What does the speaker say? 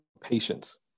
Patience